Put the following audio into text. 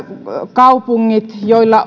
kaupungit